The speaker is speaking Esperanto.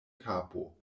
kapo